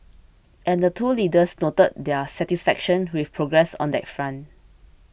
and the two leaders noted their satisfaction with progress on that front